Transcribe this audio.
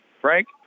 Frank